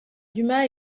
dumas